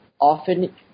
often